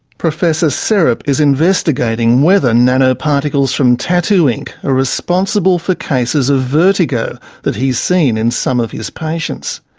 professor serup is investigating whether nanoparticles from tattoo ink are responsible for cases of vertigo that he's seen in some of his patients.